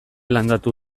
landatu